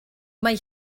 mae